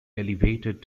elevated